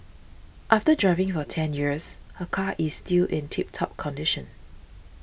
after driving for ten years her car is still in tip top condition